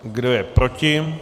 Kdo je proti?